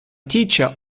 teacher